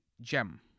Gem